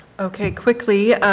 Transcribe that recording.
okay, quickly.